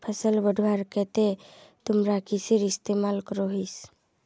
फसल बढ़वार केते तुमरा किसेर इस्तेमाल करोहिस?